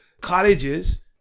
colleges